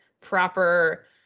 proper